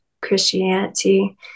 Christianity